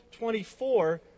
24